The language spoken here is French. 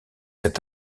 cet